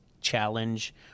challenge